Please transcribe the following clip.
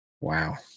Wow